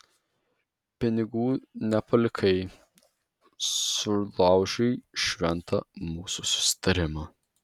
pinigų nepalikai sulaužei šventą mūsų susitarimą